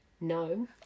No